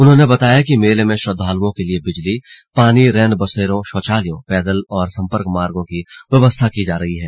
उन्होंने बताया कि मेले में श्रद्वालुओं के लिए बिजली पानी रैनबसेरों शौचालयों पैदल और संपर्क मार्गों की व्यवस्था की जा रही है